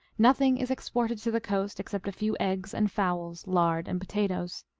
nothing is exported to the coast except a few eggs and fowls, lard and potatoes.